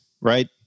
right